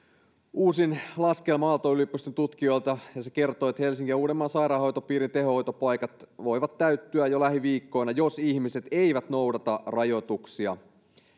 uusin laskelma aalto yliopiston tutkijoilta ja se kertoo että helsingin ja uudenmaan sairaanhoitopiirin tehohoitopaikat voivat täyttyä jo lähiviikkoina jos ihmiset eivät noudata rajoituksia